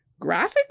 graphics